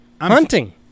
Hunting